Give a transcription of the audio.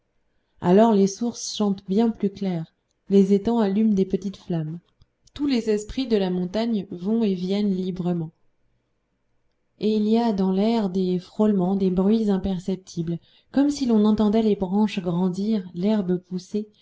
alors les sources chantent bien plus clair les étangs allument des petites flammes tous les esprits de la montagne vont et viennent librement et il y a dans l'air des frôlements des bruits imperceptibles comme si l'on entendait les branches grandir l'herbe pousser